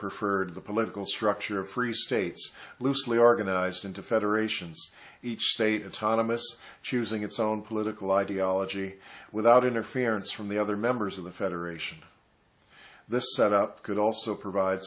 preferred the political structure of free states loosely organized into federations each state autonomy us choosing its own political ideology without interference from the other members of the federation this set up could also provide